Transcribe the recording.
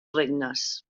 regnes